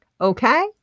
Okay